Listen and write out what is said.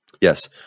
Yes